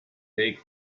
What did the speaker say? take